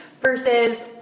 versus